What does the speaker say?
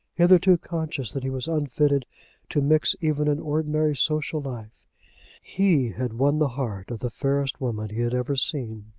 hitherto conscious that he was unfitted to mix even in ordinary social life he had won the heart of the fairest woman he had ever seen.